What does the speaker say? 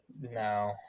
no